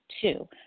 Two